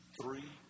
three